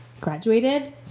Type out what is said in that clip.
graduated